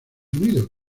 unidos